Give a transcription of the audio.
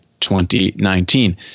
2019